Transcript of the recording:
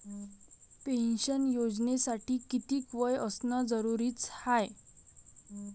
Pension योजनेसाठी कितीक वय असनं जरुरीच हाय?